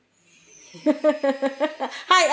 hide